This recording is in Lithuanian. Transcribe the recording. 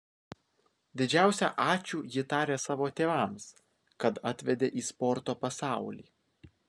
didžiausią ačiū ji taria savo tėvams kad atvedė į sporto pasaulį